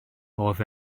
roedd